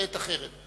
בעת אחרת.